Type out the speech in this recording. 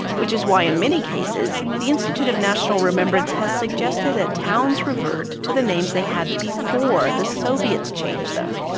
which is why in many cases, the institute of national remembrance has suggested that towns revert to the names they had before the soviets changed them.